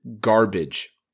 garbage